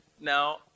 Now